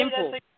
simple